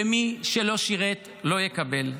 ומי שלא שירת, לא יקבל.